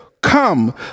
Come